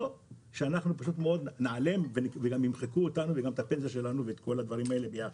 או שאנחנו ניעלם וימחקו אותנו ואת הפנסיה שלנו ואת כל הדברים האלה יחד.